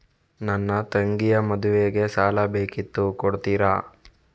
ನನ್ನ ತಂಗಿಯ ಮದ್ವೆಗೆ ಸಾಲ ಬೇಕಿತ್ತು ಕೊಡ್ತೀರಾ?